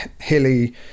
hilly